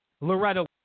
Loretta